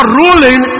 ruling